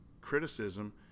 criticism